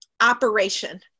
operation